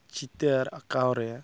ᱪᱤᱛᱟᱹᱨ ᱟᱸᱠᱟᱣᱨᱮ